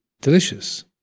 delicious